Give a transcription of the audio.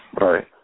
Right